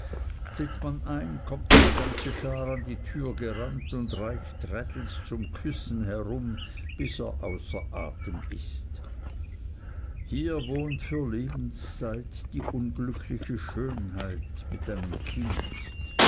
tritt man ein kommt eine ganze schar an die türe gerannt und reicht traddles zum küssen herum bis er außer atem ist hier wohnt für lebenszeit die unglückliche schönheit mit einem kind